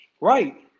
Right